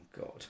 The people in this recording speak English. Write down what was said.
God